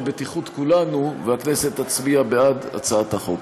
בטיחות כולנו והכנסת תצביע בעד הצעת החוק.